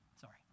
Sorry